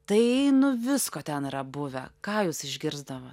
tai nu visko ten yra buvę ką jūs išgirsdavo